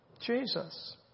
Jesus